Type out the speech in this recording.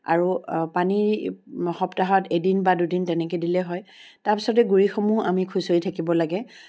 আৰু পানী সপ্তাহত এদিন বা দুদিন তেনেকৈ দিলেই হয় তাৰপিছত গুৰিসমূহ আমি খুচৰি থাকিব লাগে